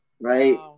Right